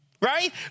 right